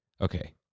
Okay